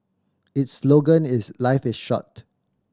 its slogan is Life is short